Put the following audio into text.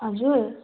हजुर